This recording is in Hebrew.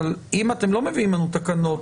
אבל אם אתם לא מביאים לנו תקנות